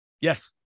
Yes